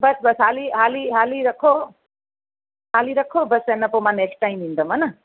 बसि बसि हाली हाली हाली रखो हाली रखो बसि अञा पोइ मां नेक्स्ट टाइम ईंदमि हा न